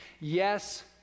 Yes